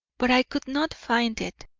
but i could not find it.